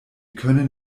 können